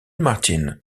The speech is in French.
martin